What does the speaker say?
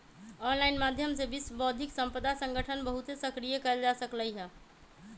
online माध्यम से विश्व बौद्धिक संपदा संगठन बहुते सक्रिय कएल जा सकलई ह